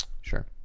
Sure